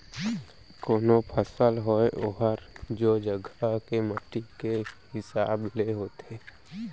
कोनों फसल होय ओहर ओ जघा के माटी के हिसाब ले होथे